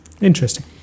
Interesting